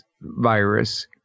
virus